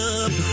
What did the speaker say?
up